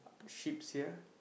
sheeps here